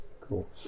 cool